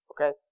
Okay